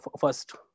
first